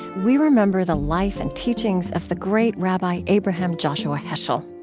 we remember the life and teachings of the great rabbi abraham joshua heschel.